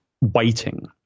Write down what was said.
waiting